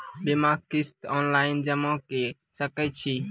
बीमाक किस्त ऑनलाइन जमा कॅ सकै छी?